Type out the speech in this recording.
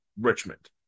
Richmond